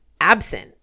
absent